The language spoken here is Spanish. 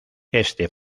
este